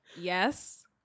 yes